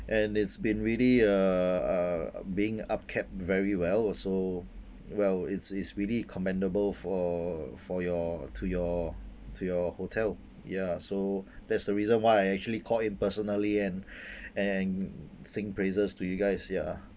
and it's been really uh uh being up kept very well also well it's it's really commendable for for your to your to your hotel ya so that's the reason why I actually call in personally and and sing praises to you guys ya